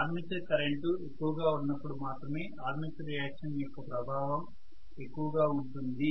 armature current ఎక్కువగా ఉన్నపుడు మాత్రమే ఆర్మేచర్ రియాక్షన్ యొక్క ప్రభావం ఎక్కువగా ఉంటుంది